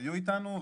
היו איתנו,